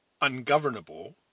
ungovernable—